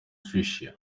tricia